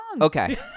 Okay